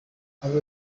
abo